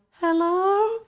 Hello